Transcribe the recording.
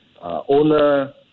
owner